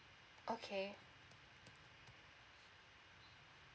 okay